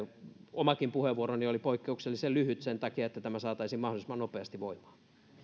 omakin puheenvuoroni oli poikkeuksellisen lyhyt sen takia että tämä saataisiin mahdollisimman nopeasti voimaan